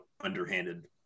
underhanded